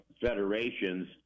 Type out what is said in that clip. federations